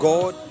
God